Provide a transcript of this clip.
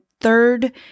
third